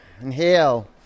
Inhale